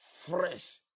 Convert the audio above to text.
fresh